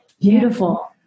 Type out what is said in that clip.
Beautiful